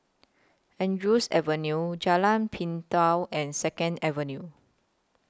Andrews Avenue Jalan Pintau and Second Avenue